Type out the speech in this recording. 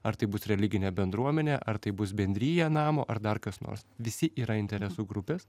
ar tai bus religinė bendruomenė ar tai bus bendrija namo ar dar kas nors visi yra interesų grupės